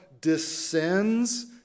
descends